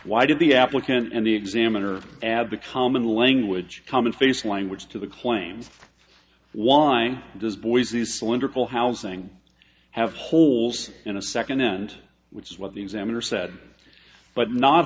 why did the applicant and the examiner add the common language common face language to the claims why does boise cylindrical housing have holes in a second hand which is what the examiner said but not